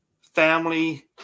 family